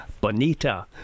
Bonita